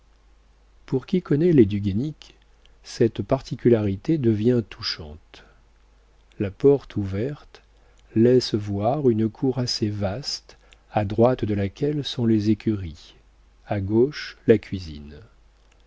pour qui connaît les du guaisnic cette particularité devient touchante la porte ouverte laisse voir une cour assez vaste à droite de laquelle sont les écuries à gauche la cuisine